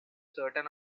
certain